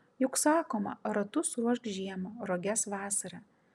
juk sakoma ratus ruošk žiemą roges vasarą